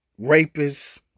rapists